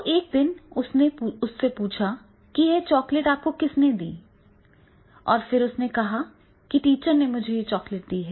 तो एक दिन उसने पूछा कि यह चॉकलेट आपको किसने दी और फिर उसने कहा कि टीचर ने मुझे यह चॉकलेट दी है